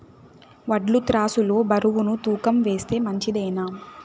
వడ్లు త్రాసు లో బరువును తూకం వేస్తే మంచిదేనా?